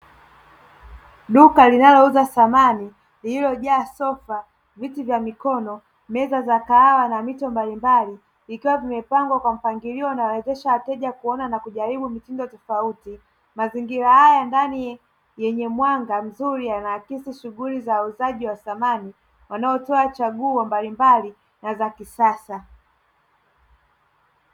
Duka linalouza samani lililojaa sofa, viti vya mikono, meza za kahawa na mito mbalimbali, vikiwa vimepangwa kwa mpangilio unaowezesha wateja kuona na kujaribu mitindo tofauti; mazingira haya ndani yenye mwanga mzuri yanaakisi shughuli za uuzaji wa samani wanaotoa chaguo mbalimbali na za kisasa.